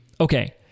Okay